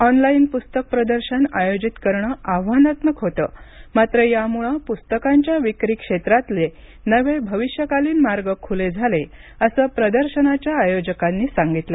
online पुस्तक प्रदर्शन आयोजित करणं आव्हानात्मक होतं मात्र यामुळे पुस्तकांच्या विक्री क्षेत्रातले नवे भविष्यकालीन मार्ग खुले झाले असं प्रदर्शनाच्या आयोजकांनी सांगितलं